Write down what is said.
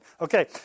Okay